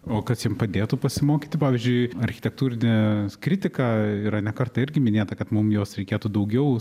o kas jiem padėtų pasimokyti pavyzdžiui architektūrinė kritika yra ne kartą irgi minėta kad mum jos reikėtų daugiau